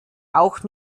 auch